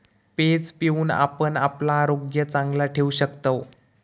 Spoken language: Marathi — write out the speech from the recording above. पेज पिऊन आपण आपला आरोग्य चांगला ठेवू शकतव